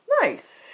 Nice